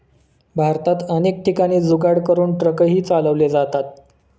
भारतात अनेक ठिकाणी जुगाड करून ट्रकही चालवले जातात